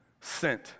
sent